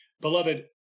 Beloved